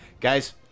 Guys